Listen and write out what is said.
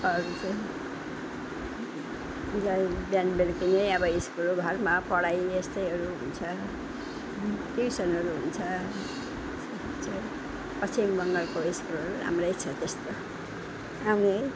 अरू चाहिँ बिहान बेलुकै नै अब स्कुल घरमा पढाइ यस्तैहरू हुन्छ ट्युसनहरू हुन्छ पश्चिम बङ्गालको स्कुलहरू राम्रै छ त्यस्तो आउने है